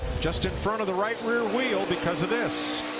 just in front of the right rear wheel because of this.